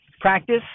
practice